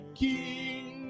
king